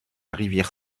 rivière